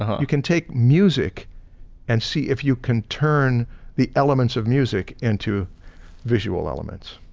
you can take music and see if you can turn the elements of music into visual elements.